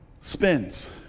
spins